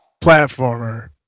Platformer